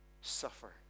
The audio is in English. suffer